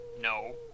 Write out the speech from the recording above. No